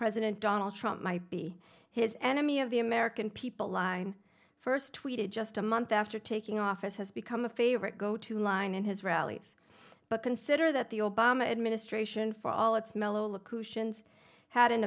president donald trump might be his enemy of the american people line first tweeted just a month after taking office has become the favorite go to line in his rallies but consider that the obama administration for all its mellow locutions had